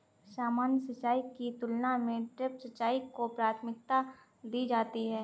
सामान्य सिंचाई की तुलना में ड्रिप सिंचाई को प्राथमिकता दी जाती है